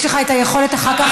יש לך יכולת אחר כך,